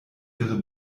ihre